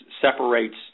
separates